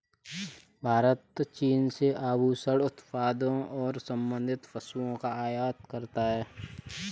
भारत चीन से आभूषण उत्पादों और संबंधित वस्तुओं का आयात करता है